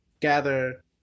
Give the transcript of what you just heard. gather